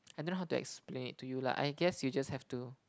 I don't know how to explain it to you lah I guess you just have to